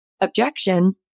objection